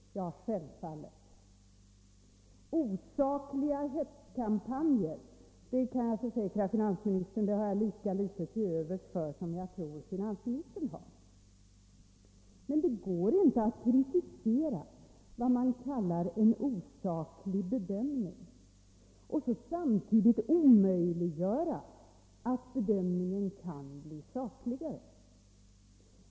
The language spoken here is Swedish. Ja, självfallet. Osakliga hetskampanjer — det kan jag försäkra finansministern — har jag lika litet till övers för som jag tror att finansministern har. Men det går inte att kritisera vad man kallar en osaklig bedömning och samtidigt omöjliggöra att bedömningen blir sakligare.